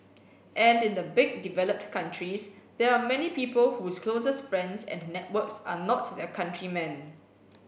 and in the big developed countries there are many people whose closest friends and networks are not their countrymen